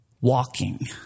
walking